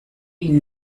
ihn